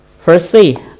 Firstly